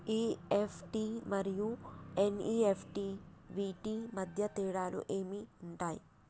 EFT మరియు NEFT వీటి మధ్య తేడాలు ఏమి ఉంటాయి?